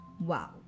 Wow